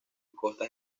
costas